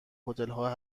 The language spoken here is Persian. هتلهای